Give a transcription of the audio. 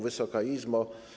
Wysoka Izbo!